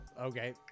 Okay